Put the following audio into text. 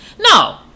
no